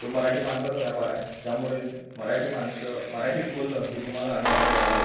तो मराठी माणसाचा व्यापार आहे त्यामुळे मराठी माणसं मराठीत बोलणं हे तुम्हाला अनिवार्य राहीलच